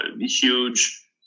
huge